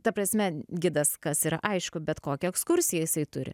ta prasme gidas kas yra aišku bet kokią ekskursiją jisai turi